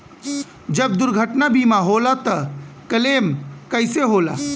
जब दुर्घटना बीमा होला त क्लेम कईसे होला?